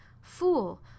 Fool